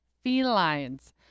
felines